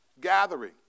gathering